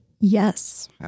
Yes